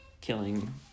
killing